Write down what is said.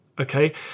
Okay